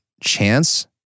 chance